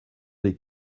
est